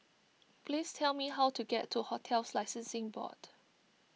please tell me how to get to Hotels Licensing Board